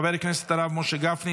נעבור לנושא הבא על סדר-היום,